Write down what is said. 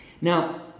Now